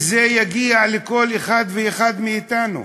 וזה יגיע לכל אחד ואחד מאתנו.